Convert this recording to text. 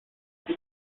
they